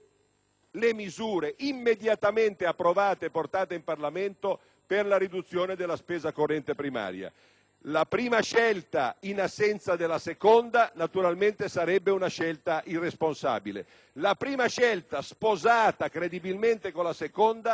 le misure immediatamente portate all'esame del Parlamento per la riduzione della spesa corrente primaria: la prima scelta, in assenza della seconda, naturalmente sarebbe irresponsabile; la prima scelta, sposata credibilmente con la seconda,